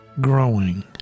Growing